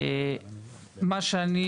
מבחינתי,